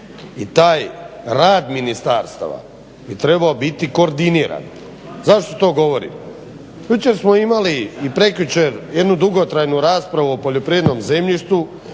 I taj rad ministarstava bi trebao biti koordiniran. Zašto to govorim? Jučer smo imali i prekjučer jednu dugotrajnu raspravu o poljoprivrednom zemljištu